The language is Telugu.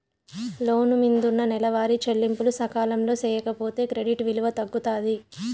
లోను మిందున్న నెలవారీ చెల్లింపులు సకాలంలో సేయకపోతే క్రెడిట్ విలువ తగ్గుతాది